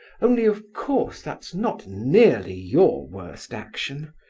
only, of course that's not nearly your worst action,